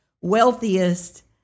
wealthiest